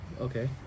Okay